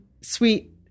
sweet